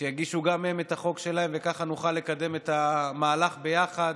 שיגישו גם הן את החוק שלהן וכך נוכל לקדם את המהלך ביחד,